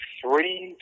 three